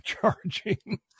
charging